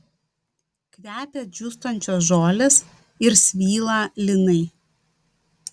kvepia džiūstančios žolės ir svylą linai